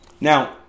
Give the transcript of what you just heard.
Now